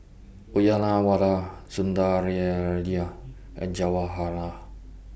Uyyalawada Sundaraiah and Jawaharlal